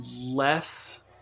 less